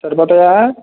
సరిపోతాయా